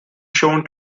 shown